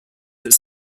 its